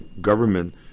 government